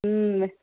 ம்ம்